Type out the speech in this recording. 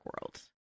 World